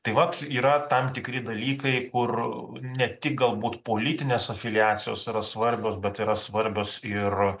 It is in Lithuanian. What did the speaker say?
tai vat yra tam tikri dalykai kur ne tik galbūt politinės afiliacijos yra svarbios bet yra svarbios ir